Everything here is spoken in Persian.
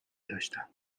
داشتم